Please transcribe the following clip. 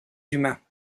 humains